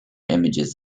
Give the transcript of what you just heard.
images